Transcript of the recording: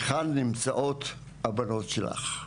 היכן נמצאות הבנות שלך,